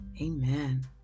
Amen